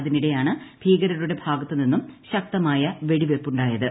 അതിനിടെയാണ് ഭീകരരുടെ ഭാഗത്തു നിന്നും ശക്തമായ വെടിവയ്പ്പുണ്ടായത്